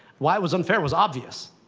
why it was unfair was obvious,